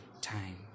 time